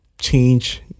change